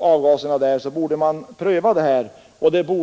avgaserna där medför tycker jag att man borde pröva gasoldriften i vårt land.